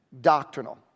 doctrinal